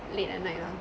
late at night lah